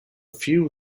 fuel